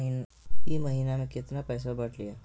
ई महीना मे कतना पैसवा बढ़लेया?